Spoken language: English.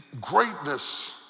Greatness